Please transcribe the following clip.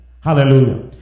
Hallelujah